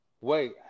wait